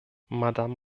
madame